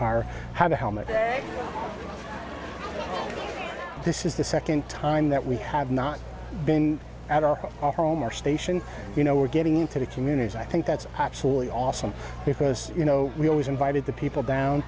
are have a helmet this is the second time that we have not being at our home our station you know we're getting into the communities i think that's absolutely awesome because you know we always invited the people down